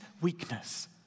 weakness